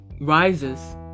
rises